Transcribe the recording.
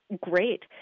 Great